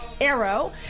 arrow